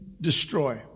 destroy